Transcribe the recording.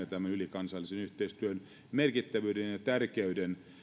tämän ylikansallisen yhteistyön merkittävyyden ja tärkeyden eli